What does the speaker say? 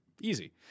Easy